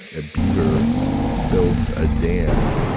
ah beaver builds a dam,